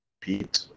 Pete